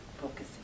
focusing